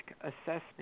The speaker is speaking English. assessment